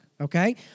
okay